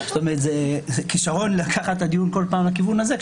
זה כישרון לקחת את הדיון בכל פעם לכיוון הזה,